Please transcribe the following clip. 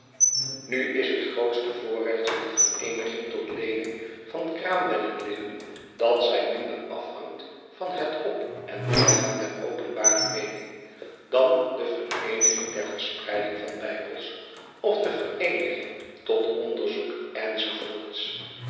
nu is het grootste voorrecht van de vereeniging tot leening van kraambeddenlinnen dat zij minder afhangt van het op en neergaan der openbare meening dan de vereeniging ter verspreiding van bijbels of de vereeniging tot onderzoek